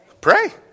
Pray